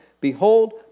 Behold